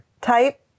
type